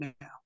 now